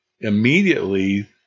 immediately